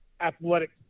athletic